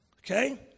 Okay